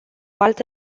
altă